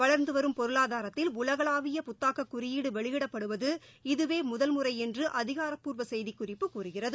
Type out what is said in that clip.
வளர்ந்துவரும் பொருளாதாரத்தில் உலகளாவிய புத்தாக்கக் குறியீடுவெளியிடப்படுவது இதுவேமுதல் முறைஎன்றுஅதிகாரப்பூர்வசெய்திக்குறிப்பு கூறுகிறது